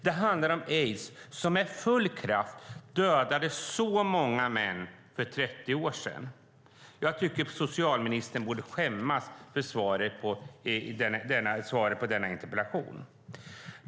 Det handlar om aids, som med full kraft dödade så många män för 30 år sedan. Jag tycker att socialministern borde skämmas över svaret på denna interpellation.